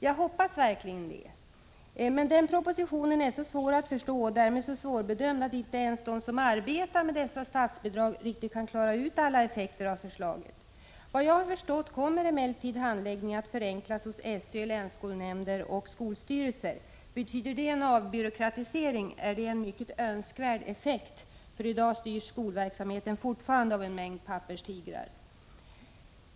Jag hoppas verkligen det, men den propositionen är så svår att förstå och därmed så svårbedömd att inte ens de som arbetar med dessa statsbidrag riktigt kan klara ut alla effekter av förslaget. Såvitt jag har förstått kommer emellertid handläggningen att förenklas hos SÖ, länsskolnämnder och skolstyrelser. Betyder det en avbyråkratisering är det en mycket önskvärd effekt, för i dag styrs skolverksamheten fortfarande av en mängd papperstigrar.